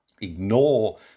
ignore